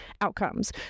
outcomes